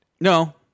No